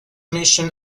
mission